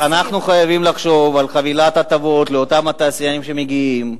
אז אנחנו חייבים לחשוב על חבילת הטבות לאותם התעשיינים שמגיעים,